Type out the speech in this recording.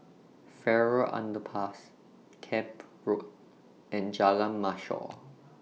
Farrer Underpass Camp Road and Jalan Mashhor